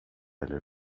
eller